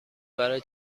برای